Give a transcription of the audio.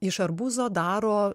iš arbūzo daro